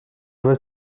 was